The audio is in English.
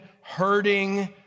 hurting